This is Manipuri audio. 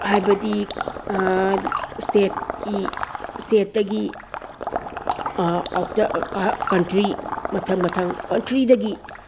ꯍꯥꯏꯕꯗꯤ ꯏꯁꯇꯦꯠꯀꯤ ꯏꯁꯇꯦꯠꯇꯒꯤ ꯀꯟꯇ꯭ꯔꯤ ꯃꯊꯪ ꯃꯊꯪ ꯀꯟꯇ꯭ꯔꯤꯗꯒꯤ